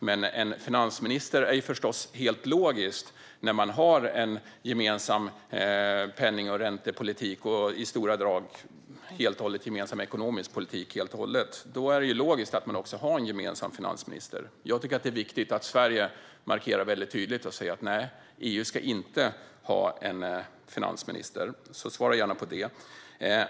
Men en EU-finansminister är förstås något helt logiskt när man har en gemensam penning och räntepolitik och en i stora drag helt och hållet gemensam ekonomisk politik. Då är det ju logiskt att man också har en gemensam finansminister. Jag tycker att det är viktigt att Sverige tydligt markerar och säger att EU inte ska ha en finansminister. Svara gärna på det.